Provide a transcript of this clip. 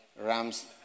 rams